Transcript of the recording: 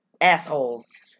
assholes